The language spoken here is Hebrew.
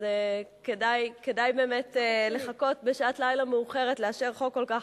כדאי באמת לחכות בשעת לילה מאוחרת לאשר חוק כל כך